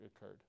occurred